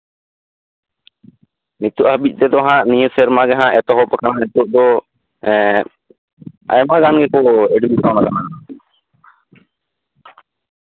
ᱱᱤᱛᱚᱜ ᱦᱟᱹᱵᱤᱡ ᱛᱮᱫᱚ ᱦᱟᱜ ᱱᱤᱭᱟᱹ ᱥᱮᱨᱢᱟ ᱦᱟᱹᱵᱤᱡ ᱛᱮᱜᱮ ᱦᱟᱜ ᱮᱛᱚᱦᱚᱵ ᱠᱟᱱᱟ ᱱᱤᱛᱚᱜ ᱫᱚ ᱮ ᱟᱭᱢᱟᱜᱟᱱ ᱜᱮᱠᱚ ᱮᱰᱢᱤᱥᱚᱱ ᱠᱟᱱᱟ